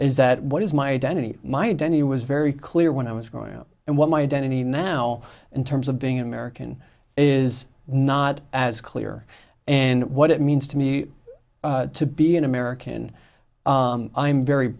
is that what is my identity my denny was very clear when i was growing up and what my identity now in terms of being an american is not as clear and what it means to me to be an american i'm very